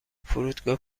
فرودگاه